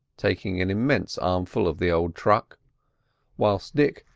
taking an immense armful of the old truck whilst dick,